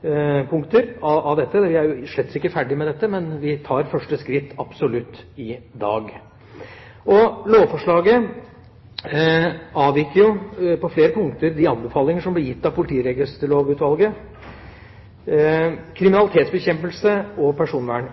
Vi er slett ikke ferdige med dette, men vi tar absolutt første skritt i dag. Lovforslaget avviker på flere punkter fra de anbefalinger som ble gitt av Politiregisterutvalget i NOU 2003:21, Kriminalitetsbekjempelse og personvern.